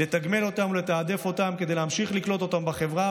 זה המקום שלנו לתגמל אותם ולתעדף אותם כדי להמשיך לקלוט אותם בחברה,